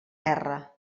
terra